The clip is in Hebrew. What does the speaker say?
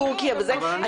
בתורכיה ובאיטליה?